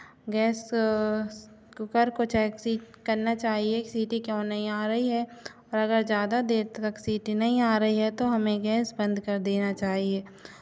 gas cooker को check करना चाहिए सीटी क्यों नहीं आ रही है और अगर ज़्यादा देर तक सीटी नहीं आ रही है तो हमें गैस बंद कर देना चाहिए